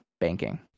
banking